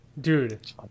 Dude